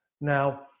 Now